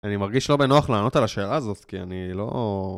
אני מרגיש לא בנוח לענות על השאלה הזאת, כי אני לא...